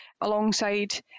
alongside